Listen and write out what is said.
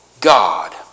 God